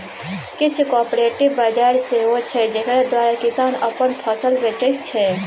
किछ कॉपरेटिव बजार सेहो छै जकरा द्वारा किसान अपन फसिल बेचै छै